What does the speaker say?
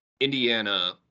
Indiana